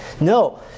No